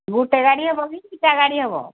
ଗୋଟେ ଗାଡ଼ି ହେବ କି ଦୁଇଟା ଗାଡ଼ି ହେବ